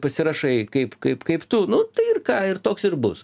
pasirašai kaip kaip kaip tu nu tai ir ką ir toks ir bus